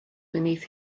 beneath